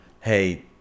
hey